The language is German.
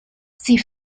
sie